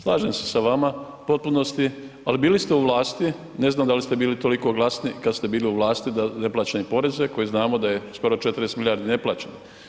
Slažem se sa vama u potpunosti, ali bili ste u vlasti, ne znam da li ste bili toliko glasni kad ste bili u vlasti za neplaćene poreze koji znamo da je skoro 40 milijardi neplaćeno.